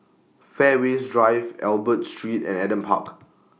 Fairways Drive Albert Street and Adam Park